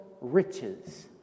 Riches